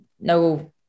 no